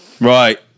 Right